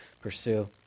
pursue